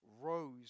rose